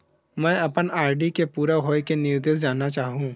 मैं अपन आर.डी के पूरा होये के निर्देश जानना चाहहु